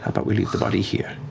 about we leave the body here,